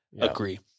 Agree